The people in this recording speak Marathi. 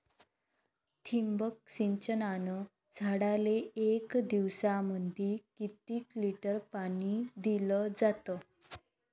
ठिबक सिंचनानं झाडाले एक दिवसामंदी किती लिटर पाणी दिलं जातं?